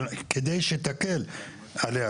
כדי שהיא תקל עליה.